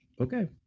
Okay